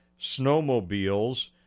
snowmobiles